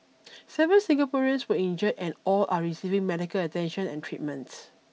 seven Singaporeans were injured and all are receiving medical attention and treatment